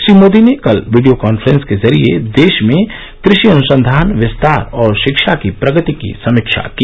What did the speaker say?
श्री मोदी ने कल video conference के जरिये देश में कृषि अन्संधान विस्तार और शिक्षा की प्रगति की समीक्षा की